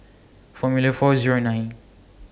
Formula four Zero nine